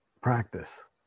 practice